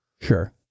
Sure